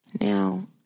now